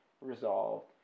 resolved